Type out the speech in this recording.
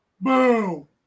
boom